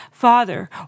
Father